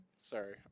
Sorry